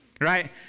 right